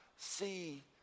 see